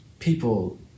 People